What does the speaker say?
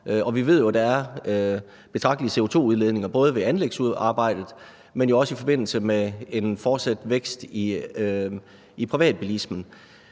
vi ved, at der er betragtelige CO2-udledninger både ved anlægsarbejdet, men også i forbindelse med en fortsat vækst i privatbilismen.